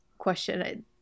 question